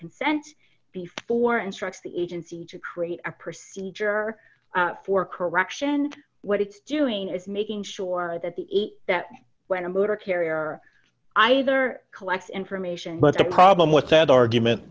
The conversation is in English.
consent before instruct the agency to create a procedure for correction what it's doing is making sure that the eight that when a motor carrier either collects information but the problem with that argument